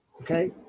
Okay